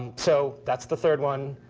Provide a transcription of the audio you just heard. so that's the third one.